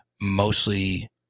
mostly